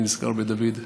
אני נזכר בדוד.